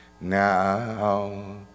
now